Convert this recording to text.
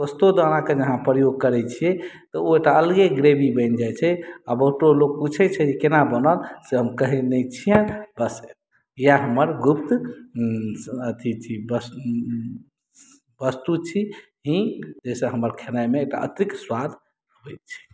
पोस्तादाना के जे अहाँ प्रयोग करो छियै तऽ ओ एकटा अलगे ग्रेवी बनि जाइ छै अ बहुतो लोग पूछै छै जे केना बनल से हम कहै नहि छियनि बस इएह हमर गुप्त अथि छी वस्तु छी हींग जाहिसॅं हमर खेनाई मे एकटा अतिरिक्त स्वाद अबै छै